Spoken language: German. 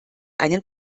einen